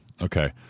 Okay